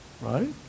right